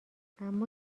اما